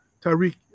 Tyreek